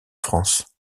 france